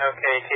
Okay